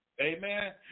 Amen